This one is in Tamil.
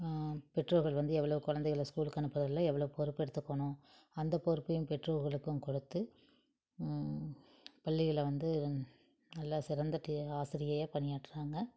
பெற்றோர்கள் வந்து எவ்வளோ குலந்தைகள ஸ்கூலுக்கு அனுப்புகிறதுல எவ்வளோ பொறுப்பெடுத்துக்கணும் அந்த பொறுப்பையும் பெற்றோர்களுக்கும் கொடுத்து பள்ளியில் வந்து நல்லா சிறந்த டி ஆசிரியையாக பணியாற்றுறாங்க